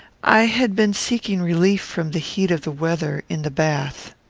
i had been seeking relief from the heat of the weather, in the bath.